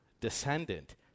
descendant